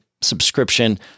subscription